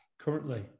currently